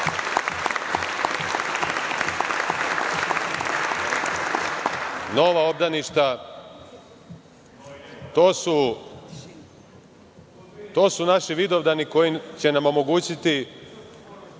nova obdaništa. To su naši vidovdani koji će nam omogućiti